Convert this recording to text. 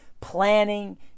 planning